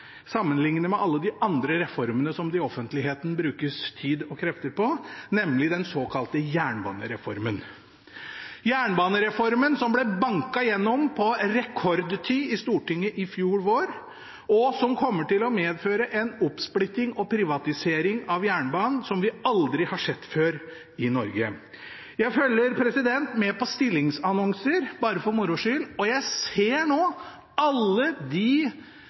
sammenlignet med alle de andre reformene som det i offentligheten brukes tid og krefter på, nemlig den såkalte jernbanereformen – jernbanereformen som ble banket gjennom på rekordtid i Stortinget i fjor vår, og som kommer til å medføre en oppsplitting og privatisering av jernbanen som vi aldri har sett i Norge før. Jeg følger bare for moro skyld med på stillingsannonser, og jeg ser nå alle de